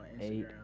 eight